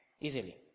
easily